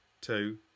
Two